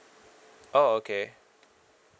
oh okay